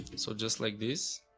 so just like this.